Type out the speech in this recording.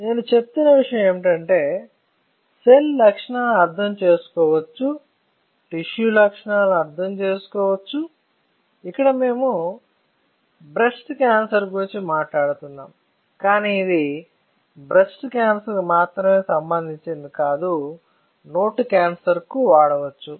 నేను చెప్తున్న విషయం ఏమిటంటే సెల్ లక్షణాలను అర్థం చేసుకోవచ్చు టిష్యూ లక్షణాలను అర్థం చేసుకోవచ్చు ఇక్కడ మేము బ్రెస్ట్ క్యాన్సర్ గురించి మాట్లాడుతున్నాము కానీ ఇది బ్రెస్ట్ క్యాన్సర్కు మాత్రమే సంబంధించినదని కాదు నోటి క్యాన్సర్కు వాడవచ్చు